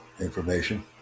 information